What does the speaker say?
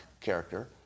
character